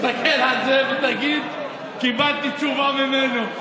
תסתכל על זה ותגיד: קיבלתי תשובה ממנו,